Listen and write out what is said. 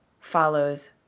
follows